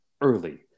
early